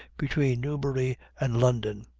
between newbury and london.